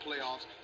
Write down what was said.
playoffs